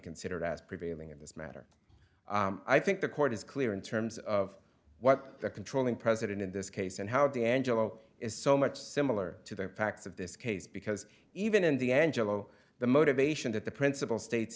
considered as prevailing in this matter i think the court is clear in terms of what the controlling president in this case and how the angelo is so much similar to the facts of this case because even in the angelo the motivation that the principal states